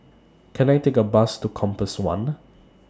Can I Take A Bus to Compass one